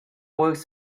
works